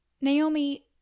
Naomi